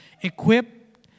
equipped